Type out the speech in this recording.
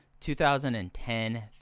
2010